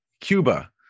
Cuba